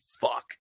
fuck